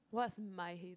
what's my